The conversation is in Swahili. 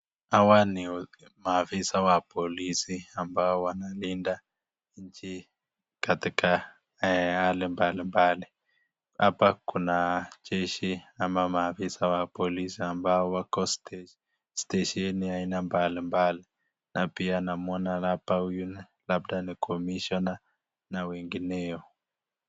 Hawa ni maafisa wa polisi ambao wanalinda nchi katika hali mbalimbali. Hapa kuna jeshi ama maafisa wa polisi ambao wako stesheni aina mbalimbali na pia namwona hapa huyu labda ni commissioner na wengineo.